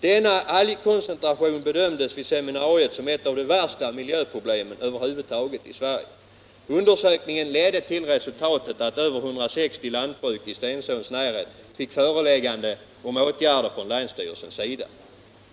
Denna algkoncentration bedömdes vid seminariet som ett av de värsta miljöproblemen över huvud taget i Sverige. Undersökningen ledde till resultatet att över 160 lantbruk i Stensåns närhet fick föreläggande från länsstyrelsen om åtgärder.